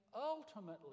ultimately